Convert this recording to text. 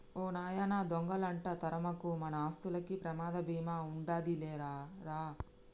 ఓ నాయనా దొంగలంట తరమకు, మన ఆస్తులకి ప్రమాద బీమా ఉండాదిలే రా రా